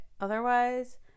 otherwise